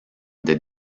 des